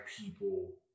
people